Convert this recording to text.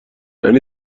یعنی